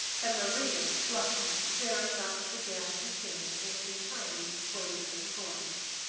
and maria, blushing very much began to sing in a tiny quavering voice.